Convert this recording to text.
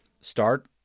Start